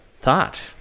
thought